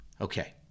Okay